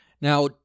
Now